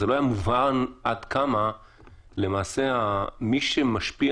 זה לא היה מובן עד כמה למעשה מי שמשפיע